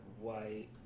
white